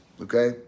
okay